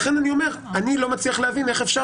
לכן אני אומר: אני לא מצליח להבין איך אפשר